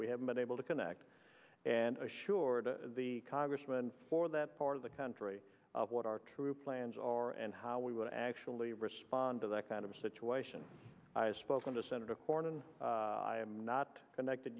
we haven't been able to connect and assure to the congressman for that part of the country what our true plans are and how we would actually respond to that kind of situation i have spoken to senator cornin i am not connected